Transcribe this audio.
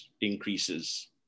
increases